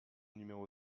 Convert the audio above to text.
numéro